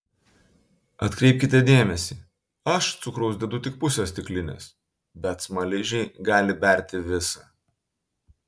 atkreipkite dėmesį aš cukraus dedu tik pusę stiklinės bet smaližiai gali berti visą